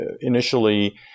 initially